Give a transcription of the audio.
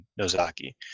Nozaki